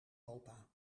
opa